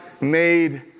made